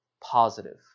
positive